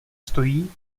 stojí